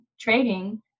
trading